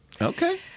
Okay